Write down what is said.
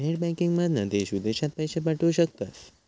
net बँकिंगमधना देश विदेशात पैशे पाठवू शकतास